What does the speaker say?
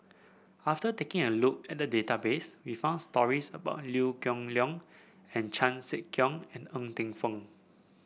after taking a look at the database we found stories about Liew Geok Leong and Chan Sek Keong and Ng Teng Fong